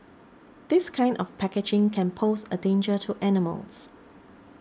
this kind of packaging can pose a danger to animals